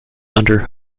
under